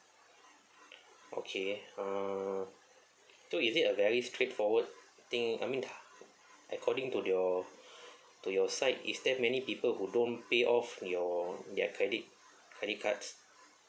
okay uh so is it a very straightforward thing I mean according to your to your side is there many people who don't pay off your their credit credit cards